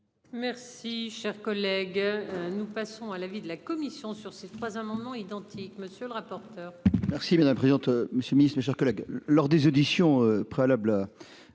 Merci cher collègue. Nous passons à l'avis de la commission sur ces trois amendements identiques. Monsieur le rapporteur.